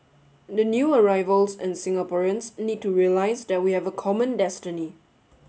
the new arrivals and Singaporeans need to realise that we have a common destiny